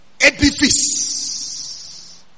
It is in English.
edifice